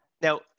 Now